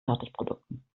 fertigprodukten